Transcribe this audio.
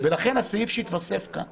לכן הסעיף שהתווסף כאן